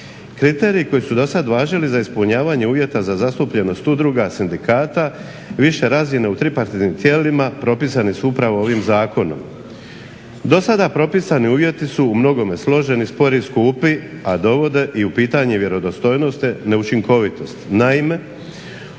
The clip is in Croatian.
Kriteriji koji su do sad važili za ispunjavanje uvjeta za zatupljenost udruga, sindikata, više razine u tripartitnim tijelima propisani su upravo ovim zakonom. Do sada propisani uvjeti su u mnogome složeni, spori, skupi, a dovode i u pitanje vjerodostojnost te neučinkovitost.